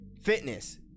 fitness